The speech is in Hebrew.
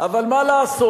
אבל מה לעשות,